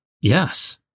Yes